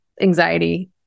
anxiety